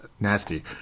nasty